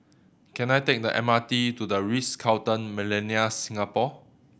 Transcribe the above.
can I take the M R T to The Ritz Carlton Millenia Singapore